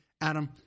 Adam